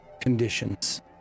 conditions